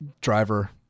driver